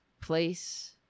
place